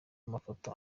mafoto